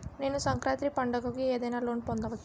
నేను సంక్రాంతి పండగ కు ఏదైనా లోన్ పొందవచ్చా?